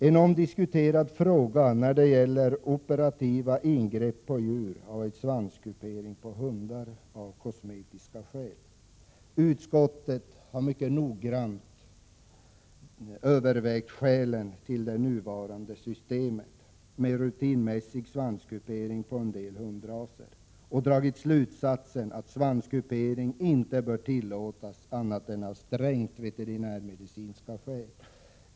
En omdiskuterad fråga när det gäller operativa ingrepp på djur har varit svanskupering på hundar av kosmetiska skäl. Utskottet har noggrant övervägt skälen till det nuvarande systemet med rutinmässig svanskupering på en del hundraser och dragit slutsatsen att svanskupering inte bör tillåtas annat än av strängt veterinärmedicinska skäl.